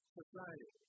society